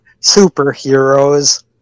superheroes